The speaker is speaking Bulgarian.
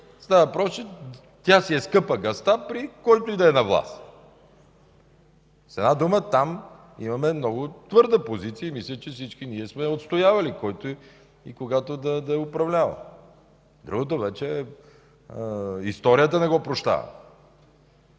си е скъпа при който и да е на власт. С една дума, там имаме много твърда позиция и мисля, че всички ние сме я отстоявали, който и когато да е управлявал. Другото вече историята не го прощава.